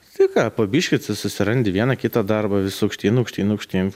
tai ką po biškį tu susirandi vieną kitą darbą vis aukštyn aukštyn aukštyn